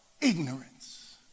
ignorance